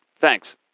Thanks